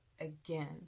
Again